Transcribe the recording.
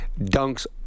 dunks